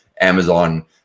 Amazon